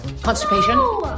constipation